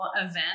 event